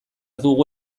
dugu